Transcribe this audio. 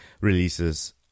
releases